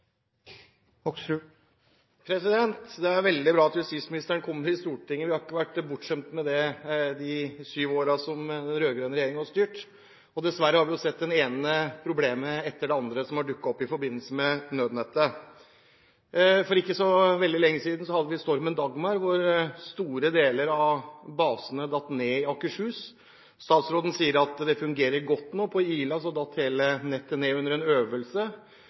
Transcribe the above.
replikkordskifte. Det er veldig bra at justisministeren kommer i Stortinget. Vi har ikke vært bortskjemt med det de sju årene som den rød-grønne regjeringen har styrt. Dessverre har vi sett at det ene problemet etter det andre har dukket opp i forbindelse med nødnettet. For ikke så veldig lenge siden hadde vi stormen Dagmar, da store deler av basene datt ned i Akershus. Statsråden sier at det fungerer godt nå. På Ila datt hele nettet ned under en øvelse.